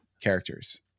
characters